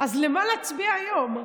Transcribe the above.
אז למה להצביע היום?